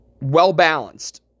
Well-balanced